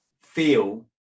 feel